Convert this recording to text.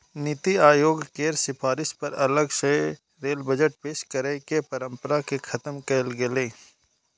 नीति आयोग केर सिफारिश पर अलग सं रेल बजट पेश करै के परंपरा कें खत्म कैल गेलै